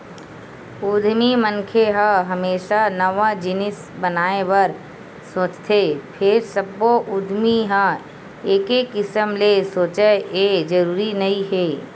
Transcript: उद्यमी मनखे ह हमेसा नवा जिनिस बनाए बर सोचथे फेर सब्बो उद्यमी ह एके किसम ले सोचय ए जरूरी नइ हे